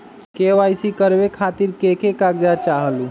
KYC करवे खातीर के के कागजात चाहलु?